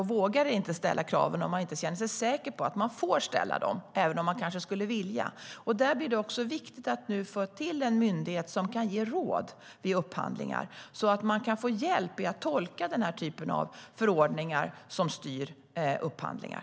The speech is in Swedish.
Man vågar inte ställa krav om man inte känner sig säker på att man får ställa dem, även om man kanske skulle vilja. Där blir det också viktigt att nu få till en myndighet som kan ge råd vid upphandlingar, så att man kan få hjälp med att tolka förordningar som styr upphandlingar.